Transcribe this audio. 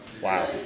Wow